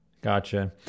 Gotcha